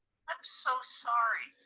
i'm so sorry.